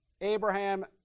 Abraham